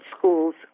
schools